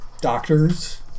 Doctors